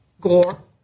Gore